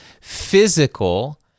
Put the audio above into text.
physical